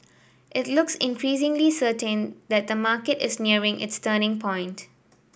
it looks increasingly certain that the market is nearing its turning point